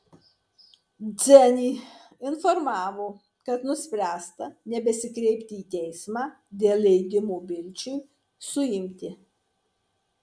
dzenį informavo kad nuspręsta nebesikreipti į teismą dėl leidimo bilčiui suimti